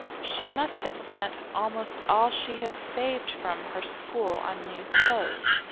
she must have spent almost all she had saved from her school on new clothes.